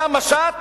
היה משט